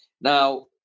Now